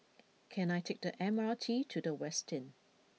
can I take the M R T to The Westin